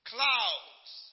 Clouds